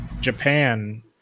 Japan